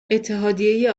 اتحادیه